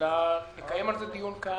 אלא לקיים על זה דיון כאן.